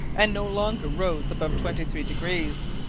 and no longer rose above twenty-three degrees.